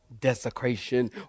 desecration